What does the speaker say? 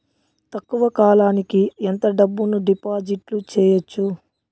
తక్కువ కాలానికి ఎంత డబ్బును డిపాజిట్లు చేయొచ్చు?